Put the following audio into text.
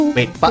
Wait